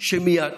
מייד